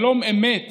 שלום אמת